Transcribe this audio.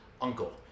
uncle